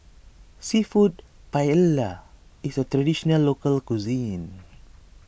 Seafood Paella is a Traditional Local Cuisine